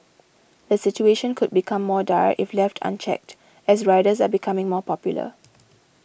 the situation could become more dire if left unchecked as riders are becoming more popular